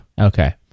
Okay